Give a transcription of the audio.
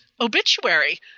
obituary